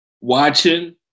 watching